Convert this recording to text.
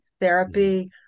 therapy